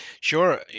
Sure